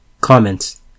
Comments